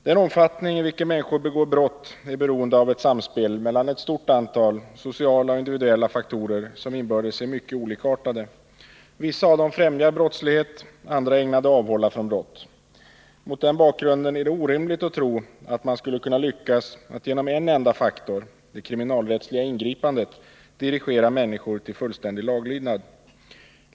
Den omfattning i vilken människor begår brott är beroende av ett samspel mellan ett stort antal sociala och individuella faktorer, som inbördes är mycket olikartade. Vissa av dem främjar brottslighet, andra är ägnade att avhålla från brott. Mot denna bakgrund är det orimligt att tro att det skulle kunna lyckas att genom en enda faktor, det kriminalrättsliga ingripandet, dirigera människor till fullständig laglydnad.